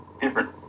different